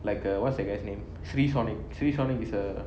like uh what's that guy's name sri sonic sri sonic is a